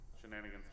Shenanigans